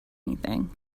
anything